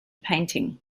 painting